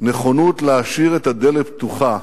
נכונות להשאיר את הדלת פתוחה